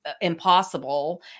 impossible